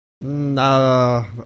No